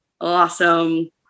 awesome